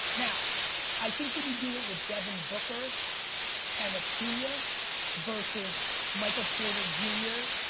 now i think when you do it with devin booker and acuna versus michael porter jr.